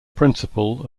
principle